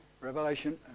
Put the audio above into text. Revelation